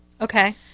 Okay